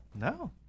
No